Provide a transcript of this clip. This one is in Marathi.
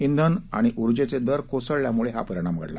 इंधन आणि उर्जेचे दर कोसळल्यामुळे हा परिणाम घडला